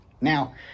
Now